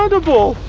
and wobble,